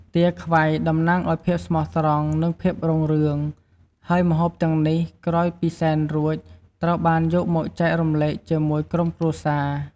ទាខ្វៃតំណាងឱ្យភាពស្មោះត្រង់ និងភាពរុងរឿង ហើយម្ហូបទាំងនេះក្រោយពីសែនរួច ត្រូវបានយកមកចែករំលែកជាមួយក្រុមគ្រួសារ។